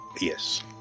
Yes